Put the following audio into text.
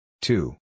Two